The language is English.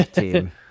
team